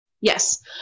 yes